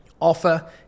offer